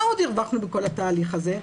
מה עוד הרווחנו בכל התהליך הזה?